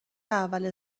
اول